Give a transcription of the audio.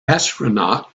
astronaut